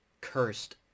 cursed